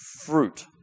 fruit